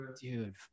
Dude